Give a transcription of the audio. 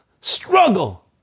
struggle